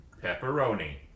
pepperoni